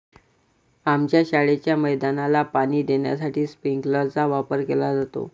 आमच्या शाळेच्या मैदानाला पाणी देण्यासाठी स्प्रिंकलर चा वापर केला जातो